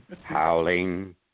Howling